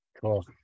Cool